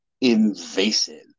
invasive